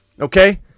Okay